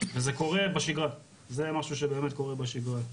וזה קורה בשגרה, זה משהו שבאמת קורה בשגרה.